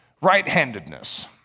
Right-handedness